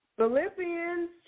Philippians